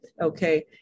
Okay